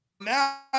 Now